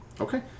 okay